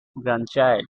grandchild